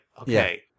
okay